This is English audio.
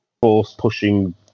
force-pushing